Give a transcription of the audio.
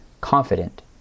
confident